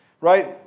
right